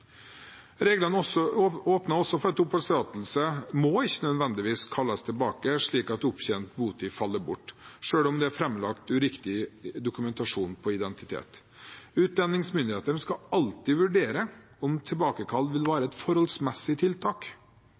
også for at oppholdstillatelse ikke nødvendigvis må kalles tilbake, slik at opptjent botid faller bort, selv om det er framlagt uriktig dokumentasjon på identitet. Utlendingsmyndighetene skal alltid vurdere om tilbakekalling vil være et forholdsmessig tiltak.